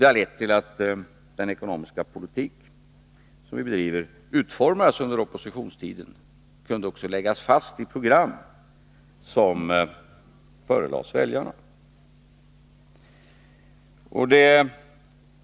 Det ledde till att den ekonomiska politik som vi bedriver utformades under oppositionstiden och kunde läggas fast i program som förelades väljarna.